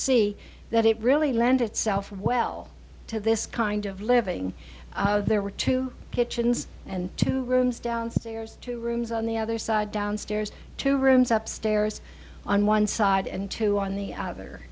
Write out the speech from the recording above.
see that it really lend itself well to this kind of living there were two kitchens and two rooms downstairs two rooms on the other side downstairs two rooms up stairs on one side and two on the other